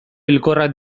hilkorrak